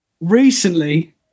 recently